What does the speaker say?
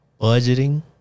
Budgeting